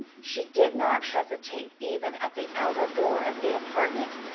she did not hesitate even at the outer door of the apartment,